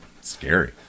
scary